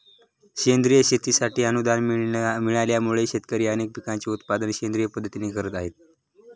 सेंद्रिय शेतीसाठी अनुदान मिळाल्यामुळे, शेतकरी अनेक पिकांचे उत्पादन सेंद्रिय पद्धतीने करत आहेत